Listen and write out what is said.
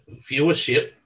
viewership